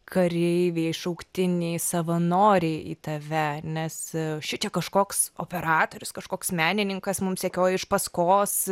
kareiviai šauktiniai savanoriai į tave nes šičia kažkoks operatorius kažkoks menininkas mums sekioja iš paskos